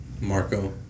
Marco